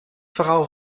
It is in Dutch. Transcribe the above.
verhaal